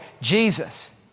Jesus